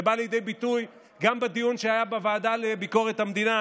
זה בא לידי ביטוי גם בדיון שהיה בוועדה לביקורת המדינה.